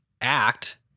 act